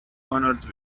honoured